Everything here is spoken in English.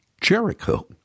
Jericho